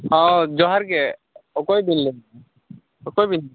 ᱦᱚᱸ ᱡᱚᱦᱟᱨ ᱜᱮ ᱚᱠᱚᱭ ᱵᱤᱱ ᱞᱟᱹᱭᱮᱫ ᱚᱠᱚᱭ ᱵᱤᱱ